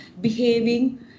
behaving